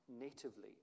natively